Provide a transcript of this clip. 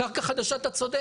בעניין קרקע חדשה אתה צודק,